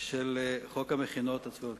של חוק המכינות הקדם-צבאיות.